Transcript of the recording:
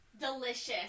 Delicious